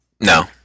No